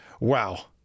Wow